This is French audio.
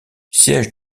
siège